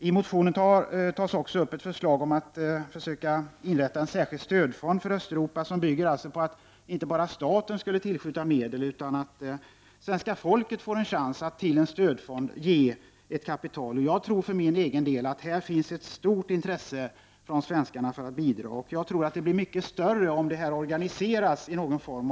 I motionen tas också upp ett förslag att inrätta en särskild stödform för Östeuropa som bygger på att inte bara staten skulle tillskjuta medel utan att svenska folket skulle få chansen att lämna bidrag. Jag tror för min del att det finns stort intresse hos svenska folket för detta, och jag tror att det blir mycket större om arbetet organiseras.